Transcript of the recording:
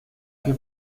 que